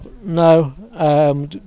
No